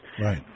Right